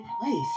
place